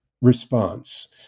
Response